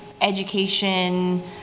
education